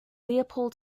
leopold